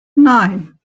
nein